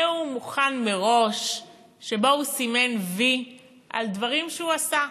נאום מוכן מראש שבו הוא סימן "וי" על דברים שהוא עשה,